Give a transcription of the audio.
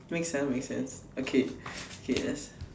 make sense make sense okay okay let's